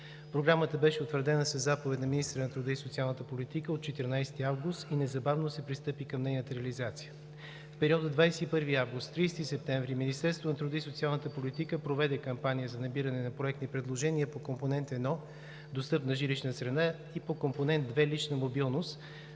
Програмата беше утвърдена със заповед на министъра на труда и социалната политика от 14 август и незабавно се пристъпи към нейната реализация. В периода 21 август – 30 септември, Министерството на труда и социалната политика проведе кампания за набиране на проектни предложения по Компонент 1 „Достъпна жилищна среда“ и по Компонент 2 „Лична мобилност“